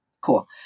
Cool